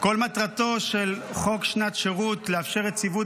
כל מטרתו של חוק שנת שירות לאפשר יציבות